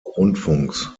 rundfunks